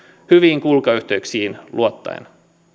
hyviin kulkuyhteyksiin luottaen